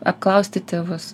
apklausti tėvus